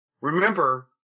Remember